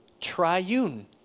triune